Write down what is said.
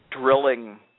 drilling